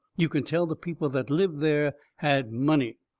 you could tell the people that lived there had money.